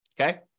Okay